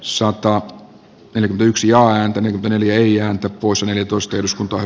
soitto pelin yksi jaa ääntä neljä usan edustuskuntoon